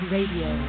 Radio